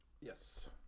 Yes